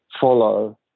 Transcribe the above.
follow